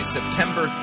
September